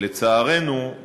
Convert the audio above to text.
לצערנו,